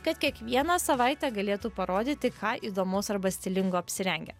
kad kiekvieną savaitę galėtų parodyti ką įdomaus arba stilingo apsirengę